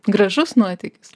gražus nuotykis